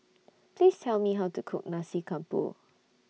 Please Tell Me How to Cook Nasi Campur